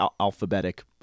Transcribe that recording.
alphabetic